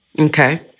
Okay